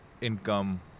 income